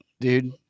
dude